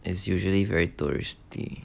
is usually very touristy